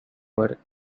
were